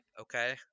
okay